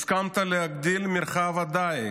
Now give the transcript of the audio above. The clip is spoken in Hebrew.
הסכמת להגדיל את מרחב הדיג.